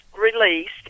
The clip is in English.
released